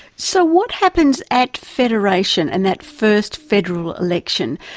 so what happens at federation, and that first federal election?